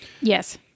Yes